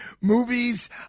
movies